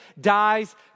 dies